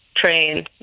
train